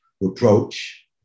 reproach